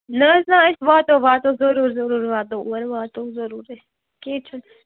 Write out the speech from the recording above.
نہٕ حظ نَہ أسۍ واتو واتو ضٔروٗر ضٔروٗر واتو اور واتو ضٔروٗر أسۍ کیٚنٛہہ چھُنہٕ